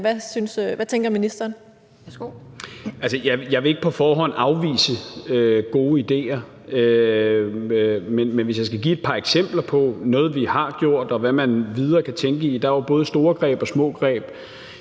(Peter Hummelgaard): Jeg vil ikke på forhånd afvise gode idéer, men jeg kan give et par eksempler på noget, vi har gjort, og hvad man videre kan tænke i – der er jo både store greb og små greb.